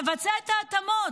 לבצע את ההתאמות.